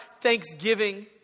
thanksgiving